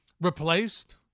replaced